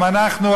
גם אנחנו,